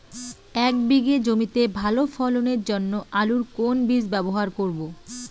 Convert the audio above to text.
এক বিঘে জমিতে ভালো ফলনের জন্য আলুর কোন বীজ ব্যবহার করব?